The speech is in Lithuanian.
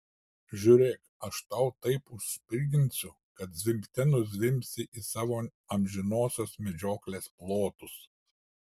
žiūrėk aš tau taip užspirginsiu kad zvimbte nuzvimbsi į savo amžinosios medžioklės plotus